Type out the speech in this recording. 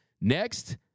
Next